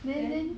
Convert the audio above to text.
then